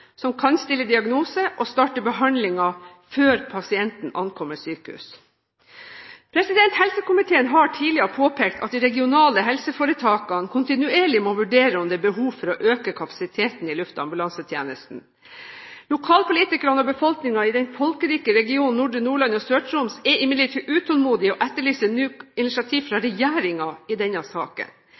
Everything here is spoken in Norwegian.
som kan stille diagnose og starte behandlingen før pasienten ankommer sykehus. Helsekomiteen har tidligere påpekt at de regionale helseforetakene kontinuerlig må vurdere om det er behov for å øke kapasiteten i luftambulansetjenesten. Lokalpolitikerne og befolkningen i den folkerike regionen nordre Nordland og Sør-Troms er imidlertid utålmodig og etterlyser nå initiativ fra regjeringen i denne saken.